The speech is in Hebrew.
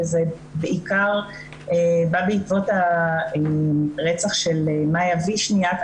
זה בעיקר בא בעקבות הרצח של מאיה וישניאק,